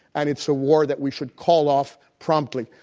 and it's a war that we should call off promptly.